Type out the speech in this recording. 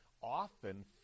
often